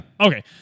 Okay